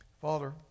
Father